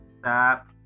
Stop